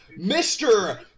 Mr